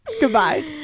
Goodbye